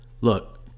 look